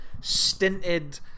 stinted